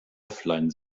offline